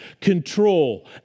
control